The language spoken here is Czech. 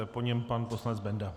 Po něm pan poslanec Benda.